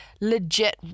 legit